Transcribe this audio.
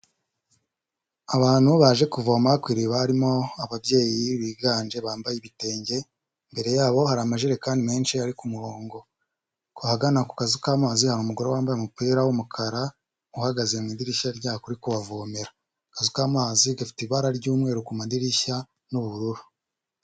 Abantu baje kuvoma ku iriba harimo ababyeyi biganje bambaye ibitenge mbere yabo hari amajerekani menshi ari kumurongo ku ahagana ku kazu kamazi hari umugore wambaye umupira w'umukara uhagaze mu idirishya ryako uri kubavomera akazu kamazi gafite ibara ry'umweru ku madirishya n'ubururu.